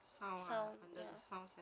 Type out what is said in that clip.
sound ah under the sound setting ah